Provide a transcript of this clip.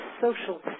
social